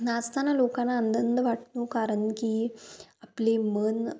नाचताना लोकांना आनंद वाटतो कारण की आपले मन